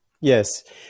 Yes